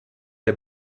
der